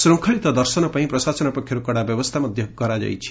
ଶୂଙ୍ଖଳିତ ଦର୍ଶନ ପାଇଁ ପ୍ରଶାସନ ପକ୍ଷରୁ କଡ଼ା ବ୍ୟବସ୍ରା କରାଯାଇଛି